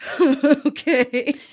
Okay